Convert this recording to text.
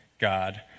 God